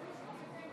סעיף 7, כנוסח הוועדה,